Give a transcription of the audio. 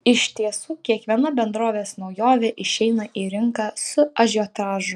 iš tiesų kiekviena bendrovės naujovė išeina į rinką su ažiotažu